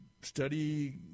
study